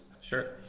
Sure